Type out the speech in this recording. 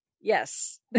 yes